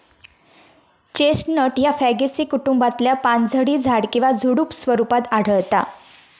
chestnut ह्या Fagaceae कुटुंबातला पानझडी झाड किंवा झुडुप स्वरूपात आढळता